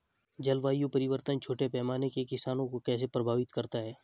जलवायु परिवर्तन छोटे पैमाने के किसानों को कैसे प्रभावित करता है?